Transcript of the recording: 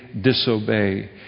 disobey